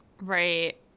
Right